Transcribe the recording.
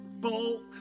bulk